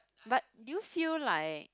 but do you feel like